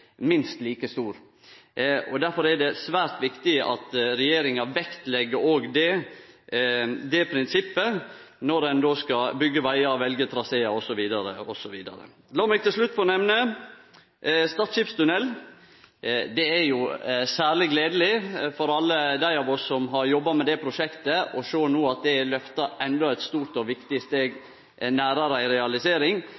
minst like stor. Derfor er det svært viktig at regjeringa òg vektlegg det prinsippet når ein skal byggje vegar og velje trasear osv., osv. La meg til slutt få nemne Stad skipstunnel. Det er jo særleg gledeleg for alle dei av oss som har jobba med det prosjektet å sjå at det no er løfta endå eit stort og viktig